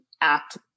act